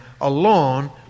alone